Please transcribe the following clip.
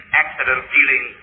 accident-dealing